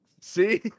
See